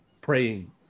praying